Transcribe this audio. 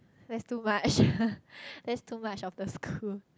that's too much that's too much of the school